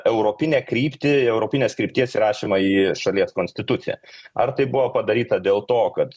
europinę kryptį europinės krypties įrašymą į šalies konstituciją ar tai buvo padaryta dėl to kad